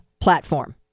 platform